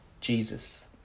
Jesus